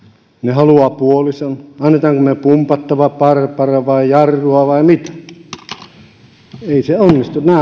haluavat puolison annammeko me pumpattavan barbaran vai jarrua vai mitä ei se onnistu